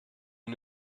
die